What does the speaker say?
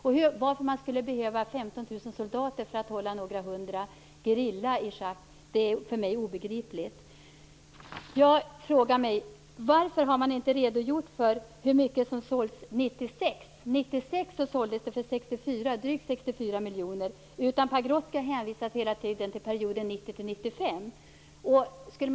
Och varför man skulle behöva 15 000 soldater för att hålla en gerilla på några hundra i schack är för mig obegripligt. Jag frågar mig: Varför har man inte redogjort för hur mycket som sålts 1996? Det året såldes det för drygt 64 miljoner. I stället har Pagrotsky hela tiden hänvisat till perioden 1990-1995.